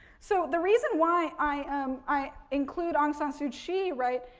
so the reason why i um i include aung san suu kyi, right,